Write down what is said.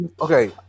okay